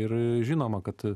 ir žinoma kad